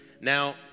Now